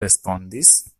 respondis